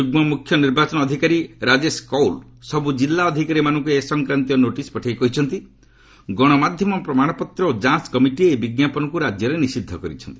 ଯୁଗ୍ମ ମୁଖ୍ୟ ନିର୍ବାଚନ ଅଧିକାରୀ ରାଜେଶ କୌଲ୍ ସବୁ ଜିଲ୍ଲା ଅଧିକାରୀମାନଙ୍କୁ ଏ ସଂକ୍ରାନ୍ତୀୟ ନୋଟିସ୍ ପଠାଇ କହିଛନ୍ତି ଗଣମାଧ୍ୟମ ପ୍ରମାଣପତ୍ର ଓ ଯାଞ୍ଚ୍ କମିଟି ଏହି ବିଜ୍ଞାପନକୁ ରାଜ୍ୟରେ ନିଷିଦ୍ଧ କରିଛନ୍ତି